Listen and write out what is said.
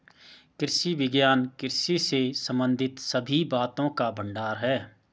कृषि विज्ञान कृषि से संबंधित सभी बातों का भंडार है